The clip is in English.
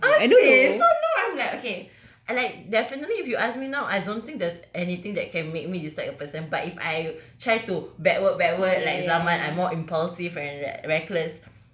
ah seh so no I'm like okay I like definitely if you ask me now I don't think there's anything that can make me dislike a person but if I try to backward backward like zaman I more impulsive and reckless